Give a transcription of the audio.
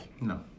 No